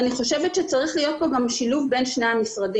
אני חושבת שצריך להיות כאן גם שילוב בין שני המשרדים.